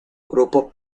grupo